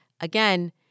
Again